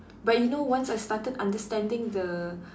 but you know once I started understanding the